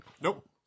Nope